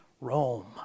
Rome